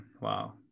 Wow